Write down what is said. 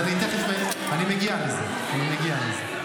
אני מגיע לזה, אני מגיע לזה.